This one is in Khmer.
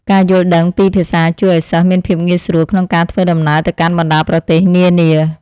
ការយល់ដឹងពីភាសាជួយឱ្យសិស្សមានភាពងាយស្រួលក្នុងការធ្វើដំណើរទៅកាន់បណ្តាប្រទេសនានា។